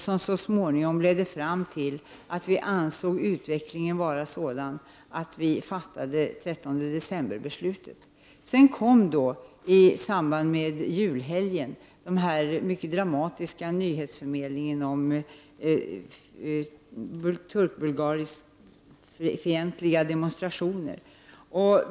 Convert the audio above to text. Så småningom blev utvecklingen sådan, att vi ansåg oss kunna fatta beslutet den 13 december. I samband med julhelgen kom sedan de mycket dramatiska nyheterna om turkbulgariskfientliga demonstrationer.